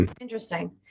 Interesting